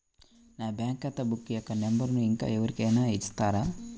నా బ్యాంక్ ఖాతా బుక్ యొక్క నంబరును ఇంకా ఎవరి కైనా ఇస్తారా?